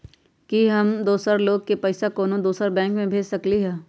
कि हम दोसर लोग के पइसा कोनो दोसर बैंक से भेज सकली ह?